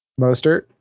Mostert